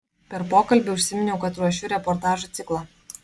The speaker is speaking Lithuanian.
per pokalbį užsiminiau kad ruošiu reportažų ciklą